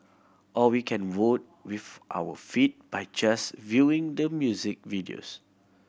or we can vote with our feet by just viewing the music videos